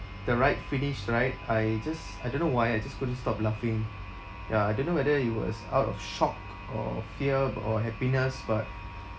the ride finished right I just I don't know why I just couldn't stop laughing ya I don't know whether it was out of shock or fear or happiness but